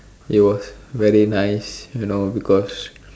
it was very nice you know because